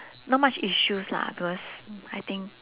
not much issues lah because I think